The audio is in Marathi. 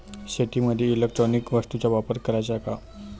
शेतीमंदी इलेक्ट्रॉनिक वस्तूचा वापर कराचा का?